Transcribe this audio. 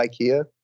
Ikea